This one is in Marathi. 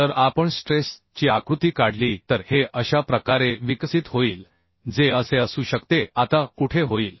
जर आपण स्ट्रेस ची आकृती काढली तर हे अशा प्रकारे विकसित होईल जे असे असू शकते आता कुठे होईल